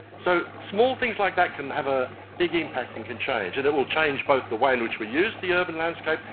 so small things like that can have a big impact and can change, and it will change both the way in which we use the urban landscape,